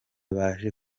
baje